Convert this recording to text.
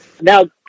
Now